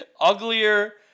Uglier